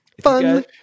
Fun